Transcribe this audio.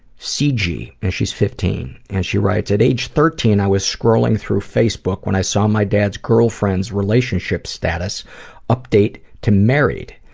cg and she's fifteen. and she writes at age thirteen i was scrolling through facebook when i saw my dad's girlfriend's status update to married.